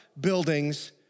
buildings